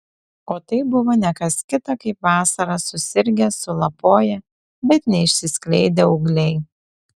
o tai buvo ne kas kita kaip vasarą susirgę sulapoję bet neišsiskleidę ūgliai